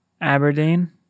Aberdeen